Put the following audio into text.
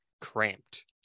cramped